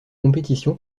compétition